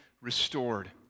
restored